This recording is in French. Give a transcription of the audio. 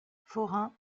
forain